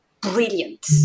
brilliant